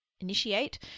initiate